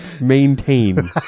maintain